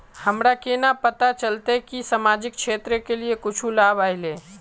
हमरा केना पता चलते की सामाजिक क्षेत्र के लिए कुछ लाभ आयले?